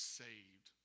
saved